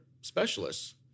specialists